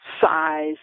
size